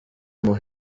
imuha